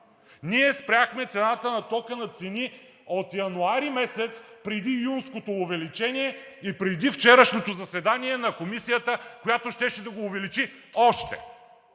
Ние спряхме цената на тока на цени от месец януари преди юнското увеличение и преди вчерашното заседание на Комисията, която щеше да го увеличи още.